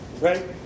Right